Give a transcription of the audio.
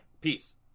Peace